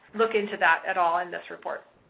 look into that at all in this report.